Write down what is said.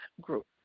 Group